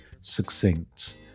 succinct